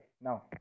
now